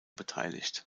beteiligt